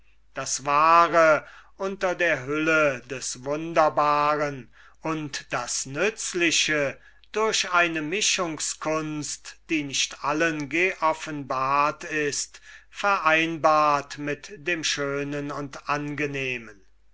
das wahre unter der hülle des wunderbaren und das nützliche durch eine mischungskunst die nicht allen geoffenbart ist vereinbart mit dem schönen und angenehmen